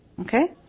Okay